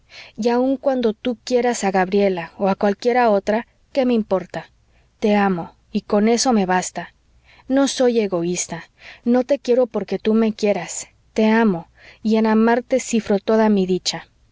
y aun cuando tú quieras a gabriela o a cualquiera otra qué me importa te amo y con eso me basta no soy egoísta no te quiero porque tú me quieras te amo y en amarte cifro toda mi dicha